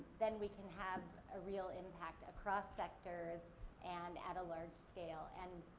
then we can have a real impact across sectors and at a large scale. and,